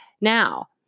Now